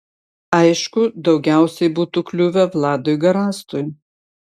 aišku daugiausiai būtų kliuvę vladui garastui